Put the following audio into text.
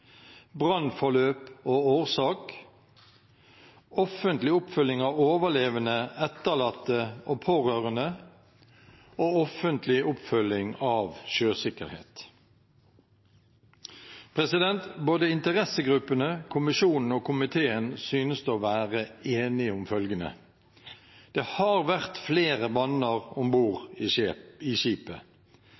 brannforløp og årsak offentlig oppfølging av overlevende, etterlatte og pårørende offentlig oppfølging av sjøsikkerhet Både interessegruppene, kommisjonen og komiteen synes å være enige om følgende: Det har vært flere branner om bord i skipet.